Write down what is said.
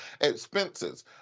expenses